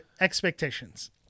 expectations